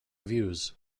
views